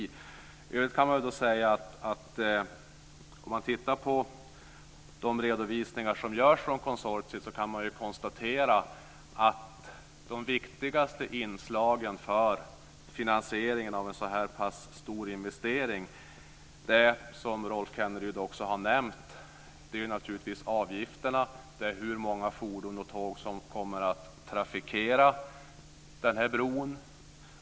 I övrigt kan man, om man tittar på de redovisningar som görs från konsortiet, konstatera att de viktigaste inslagen för finansieringen av en sådan här pass stor investering naturligtvis är, som Rolf Kenneryd också har nämnt, avgifterna och hur många fordon och tåg som kommer att trafikera bron.